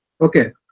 okay